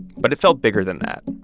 but it felt bigger than that.